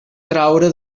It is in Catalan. traure